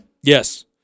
Yes